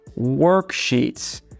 worksheets